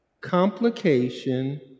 complication